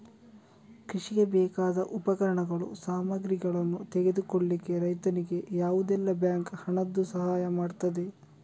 ಕೃಷಿಗೆ ಬೇಕಾದ ಉಪಕರಣಗಳು, ಸಾಮಗ್ರಿಗಳನ್ನು ತೆಗೆದುಕೊಳ್ಳಿಕ್ಕೆ ರೈತನಿಗೆ ಯಾವುದೆಲ್ಲ ಬ್ಯಾಂಕ್ ಹಣದ್ದು ಸಹಾಯ ಮಾಡ್ತದೆ?